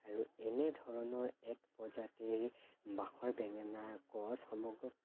আৰু এনে ধৰণৰ এক প্ৰজাতিৰ বাখৰ বেঙেনা গছ সমগ্ৰ